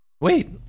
wait